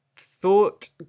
Thought